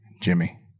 Jimmy